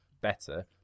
better